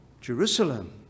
Jerusalem